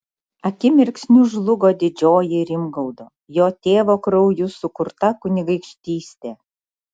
akimirksniu žlugo didžioji rimgaudo jo tėvo krauju sukurta kunigaikštystė